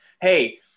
Hey